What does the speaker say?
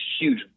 huge